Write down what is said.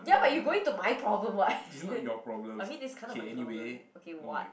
ya but you going to my problem [what] I mean it's kind of my problem okay [what]